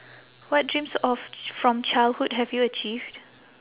what dreams of from childhood have you achieved